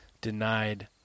denied